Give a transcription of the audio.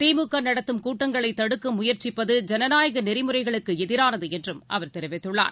திமுக நடத்தும் கூட்டங்களை தடுக்க முயற்சிப்பது ஜனநாய நெறிமுறைகளுக்கு எதிரானது என்றும் அவர் தெரிவித்துள்ளார்